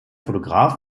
fotograf